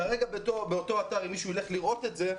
כרגע באותו אתר אם מישהו ילך לראות את זה,